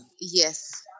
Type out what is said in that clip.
Yes